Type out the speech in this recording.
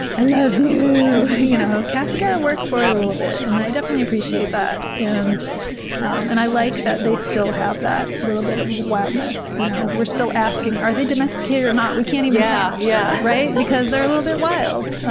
i love you! you know cats, you gotta work for it a little bit and i definitely appreciate that. and and i like that they still have that little bit of wildness. you know we're still asking, are they domesticated or not? we can't even yeah yeah tell! because they're a little bit wild,